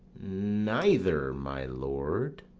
neither, my lord.